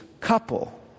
couple